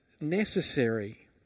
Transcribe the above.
necessary